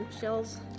Shells